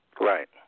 right